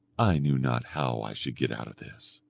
i knew not how i should get out of this.